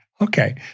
Okay